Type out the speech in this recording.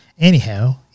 anyhow